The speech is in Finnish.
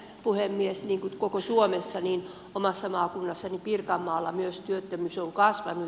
niin kuin koko suomessa omassa maakunnassani pirkanmaalla myös työttömyys on kasvanut